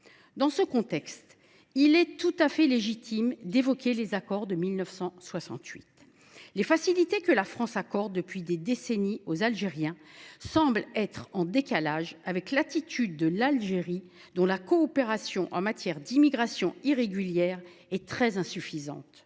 Dans ce contexte, il est tout à fait légitime d’évoquer les accords de 1968. Les facilités que la France accorde depuis des décennies aux Algériens semblent être en décalage avec l’attitude de l’Algérie, dont la coopération en matière d’immigration irrégulière est très insuffisante.